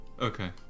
Okay